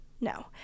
No